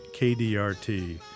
KDRT